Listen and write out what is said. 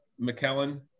McKellen